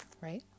right